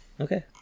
okay